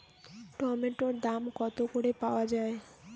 টমেটোর দাম কত করে পাওয়া যায়?